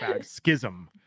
schism